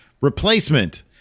replacement